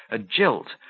a jilt,